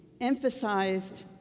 emphasized